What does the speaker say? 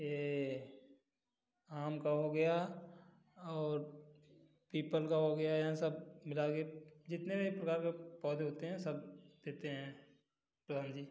ये आम का हो गया और पीपल का हो गया यहाँ सब मिला के जितने भी प्रकार का पौधे होते हैं सब देते हैं प्रधान जी